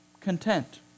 content